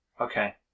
Okay